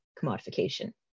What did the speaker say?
commodification